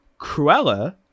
Cruella